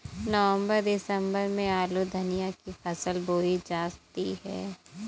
नवम्बर दिसम्बर में आलू धनिया की फसल बोई जाती है?